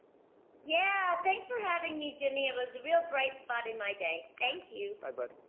yeah, thanks for having me, jimmy. it was a real bright spot in my day. thank you. bye, bud.